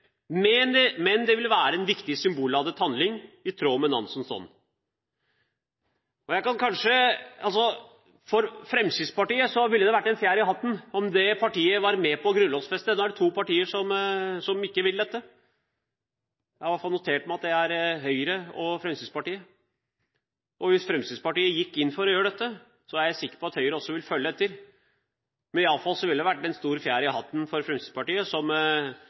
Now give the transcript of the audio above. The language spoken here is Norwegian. Men det vil være en viktig symbolladet handling i Nansens ånd. For Fremskrittspartiet ville det være en fjær i hatten om det partiet var med på å grunnlovfeste dette. Det er to partier som ikke vil det. Jeg har i hvert fall notert meg at det er Høyre og Fremskrittspartiet. Hvis Fremskrittspartiet hadde gått inn for å gjøre dette, er jeg sikker på at Høyre ville fulgt etter. Men det ville i hvert fall være en stor fjær i hatten for Fremskrittspartiet,